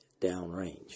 downrange